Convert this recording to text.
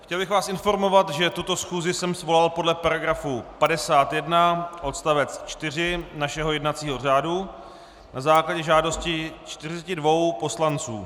Chtěl bych vás informovat, že tuto schůzi jsem svolal podle § 51 odst. 4 našeho jednacího řádu na základě žádosti 42 poslanců.